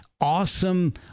awesome